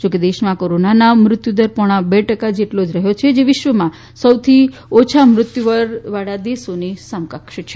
જો કે દેશમાં કોરોનાના મૃત્યુદર પોણા બે ટકા જેટલો જ રહ્યો છે જે વિશ્વમાં સૌથી ઓછા મૃત્યુદર વાળા દેશોની સમકક્ષ છે